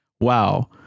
wow